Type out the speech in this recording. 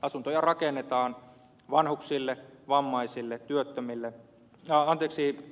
asuntoja rakennetaan vanhuksille vammaisille työttömille anteeksi